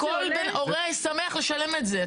וכל הורה שמח לשלם את זה?